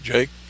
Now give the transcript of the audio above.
Jake